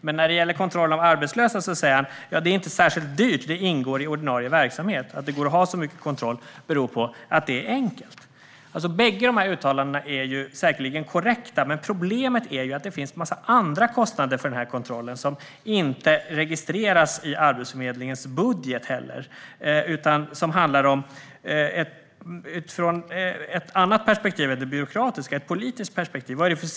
Men när det gäller kontroll av arbetslösa säger han: "Det är inte särskilt dyrt. Det ingår i ordinarie verksamhet. Att det går att ha så mycket kontroll beror på att det är enkelt." Bägge dessa uttalanden är säkerligen korrekta, men problemet är att det finns en massa andra kostnader för denna kontroll, och de registreras inte i Arbetsförmedlingens budget. Detta handlar om ett annat perspektiv än det byråkratiska, nämligen det politiska. Vilka signaler sänder man?